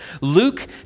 Luke